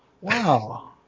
Wow